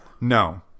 No